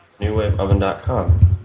NewWaveOven.com